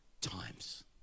times